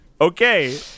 Okay